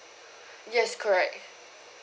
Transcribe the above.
yes correct